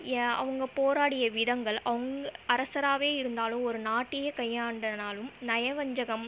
யா அவங்க போராடிய விதங்கள் அவுங்க அரசராகவே இருந்தாலும் ஒரு நாட்டையே கையாண்டனாலும் நயவஞ்சகம்